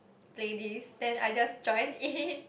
play this then I just join in